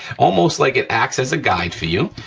almost like it acts as a guide for you.